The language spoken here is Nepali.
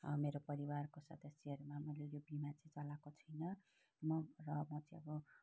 मेरो परिवारको सदस्यहरूमा मैले यो बिमा चाहिँ चलाएको छुइनँ म र म चाहिँ अब